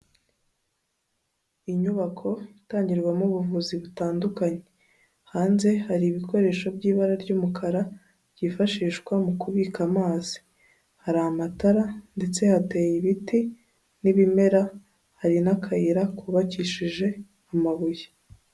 Inyubako itangirwamo ubuvuzi butandukanye, hanze hari ibikoresho by'ibara ry'umukara byifashishwa mu kubika amazi, hari amatara ndetse hateye ibiti n'ibimera, hari n'akayira kubakishije amabuye.